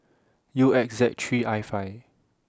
U X Z three I five